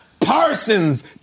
Parsons